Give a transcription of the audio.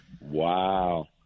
Wow